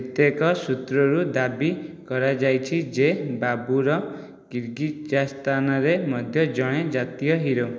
କେତେକ ସୂତ୍ରରୁ ଦାବି କରାଯାଇଛି ଯେ ବାବୁର୍ କିର୍ଗିଜସ୍ତାନରେ ମଧ୍ୟ ଜଣେ ଜାତୀୟ ହିରୋ